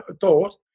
thought